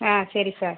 ஆ சரி சார்